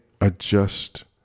adjust